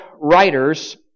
writers